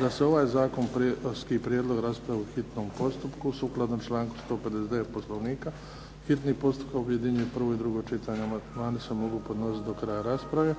da se ovaj zakonski prijedlog raspravi u hitnom postupku. Sukladno članku 159. Poslovnika hitni postupak objedinjuje prvo i drugo čitanje. Amandmani se mogu podnositi do kraja rasprave.